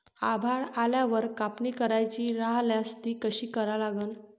आभाळ आल्यावर कापनी करायची राह्यल्यास ती कशी करा लागन?